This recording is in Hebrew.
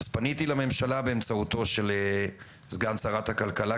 פניתי לממשלה באמצעות סגן שרת הכלכלה,